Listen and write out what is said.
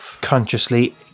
consciously